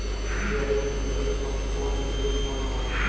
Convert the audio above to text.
পিঁয়াজ রসুন ইত্যাদি সবজি কোন ঋতুতে উৎপন্ন হয়?